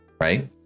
right